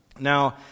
Now